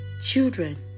children